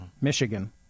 michigan